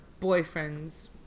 boyfriends